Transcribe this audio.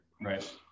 Right